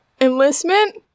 enlistment